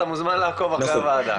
אתה מוזמן לעקוב אחרי הוועדה.